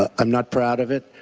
ah am not proud of it.